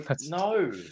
no